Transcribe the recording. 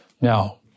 Now